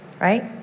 right